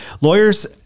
Lawyers